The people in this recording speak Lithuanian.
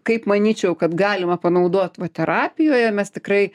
kaip manyčiau kad galima panaudot terapijoje mes tikrai